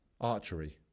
Archery